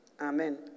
Amen